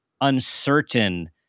uncertain